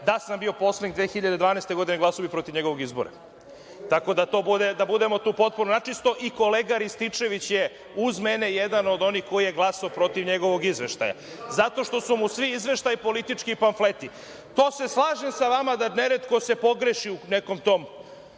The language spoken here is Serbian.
da sam bio poslanik 2012. godine glasao bih protiv njegovo izbora. Tako da tu budemo potpuno načisto. I, kolega Rističević je uz mene jedna od onih koji je glasao protiv njegovo izveštaja, zato što su mu svi izveštaji politički pamfleti. To se slažem sa vama da neretko se pogreši u nekom tom